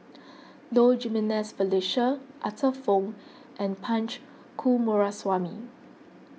Low Jimenez Felicia Arthur Fong and Punch Coomaraswamy